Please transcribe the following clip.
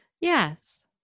Yes